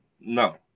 No